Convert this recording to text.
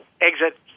exit